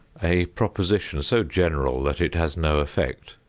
a proposition so general that it has no effect.